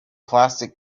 plastic